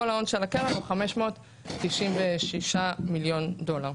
ההון של הקרן הוא 596 מיליון דולרים.